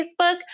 Facebook